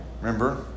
Remember